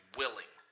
willing